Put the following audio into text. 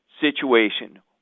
situation